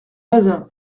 bazin